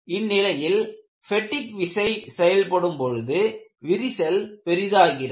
இந்நிலையில் பெட்டிக் விசை செயல்படும் பொழுது விரிசல் பெரிதாகிறது